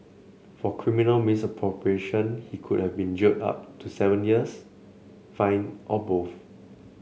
for criminal misappropriation he could have been jailed up to seven years fined or both